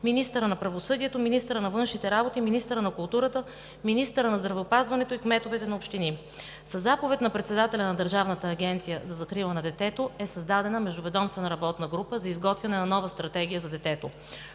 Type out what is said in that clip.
министъра на правосъдието, министъра на външните работи, министъра на културата, министъра на здравеопазването и кметовете на общини. Със заповед на председателя на Държавната агенция за закрила на детето е създадена междуведомствена работна група за изготвяне на нова стратегия за детето.